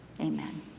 Amen